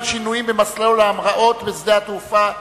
שינויים במסלולי ההמראות בשדה התעופה בן-גוריון.